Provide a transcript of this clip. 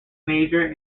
major